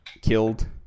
killed